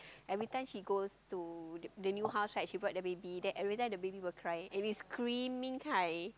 everytime she goes to the the new house right she brought the baby then everytime the baby will cry and is screaming kind